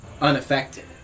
unaffected